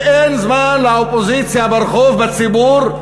ואין זמן לאופוזיציה ברחוב, בציבור,